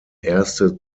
erste